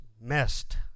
messed